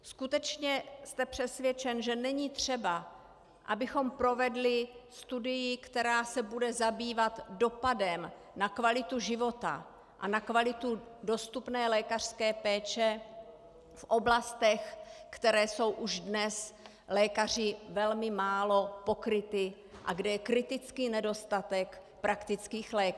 Skutečně jste přesvědčen, že není třeba, abychom provedli studii, která se bude zabývat dopadem na kvalitu života a na kvalitu dostupné lékařské péče v oblastech, které jsou už dnes lékaři velmi málo pokryty a kde je kritický nedostatek praktických lékařů?